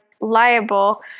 liable